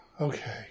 okay